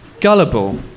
Gullible